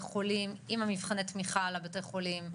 חולים עם מבחני התמיכה לבתי החולים,